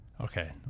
Okay